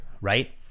right